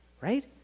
right